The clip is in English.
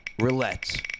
roulette